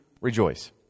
rejoice